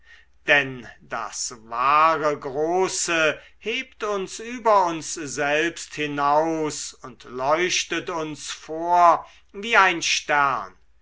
denn das wahre große hebt uns über uns selbst hinaus und leuchtet uns vor wie ein stern